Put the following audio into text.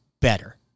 better